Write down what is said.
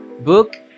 Book